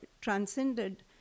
transcended